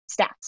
stats